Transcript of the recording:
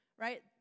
right